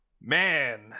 Man